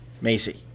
Macy